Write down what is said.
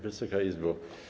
Wysoka Izbo!